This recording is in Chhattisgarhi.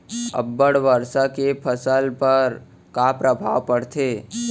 अब्बड़ वर्षा के फसल पर का प्रभाव परथे?